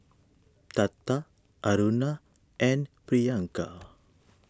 Tata Aruna and Priyanka